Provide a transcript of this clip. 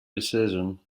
decision